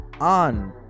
on